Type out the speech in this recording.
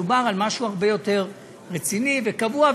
מדובר על משהו הרבה יותר רציני וקבוע,